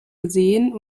gesehen